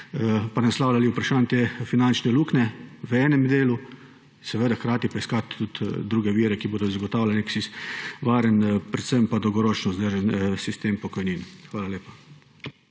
naslavljala vprašanja te finančne luknje v enem delu, hkrati pa iskati tudi druge vire, ki bodo zagotavljali varen, predvsem pa dolgoročno vzdržen sistem pokojnin. Hvala lepa.